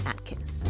Atkins